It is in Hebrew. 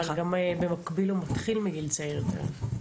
אבל גם במקביל הוא מתחיל מגיל צעיר יותר.